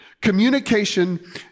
Communication